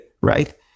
right